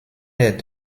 est